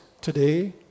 today